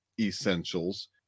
essentials